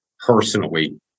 personally